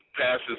passes